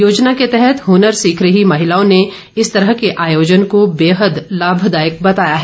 योजना के तहत हनर सीख रही महिलाओं ने इस तरह के आयोजन को बेहद लाभदायक बताया है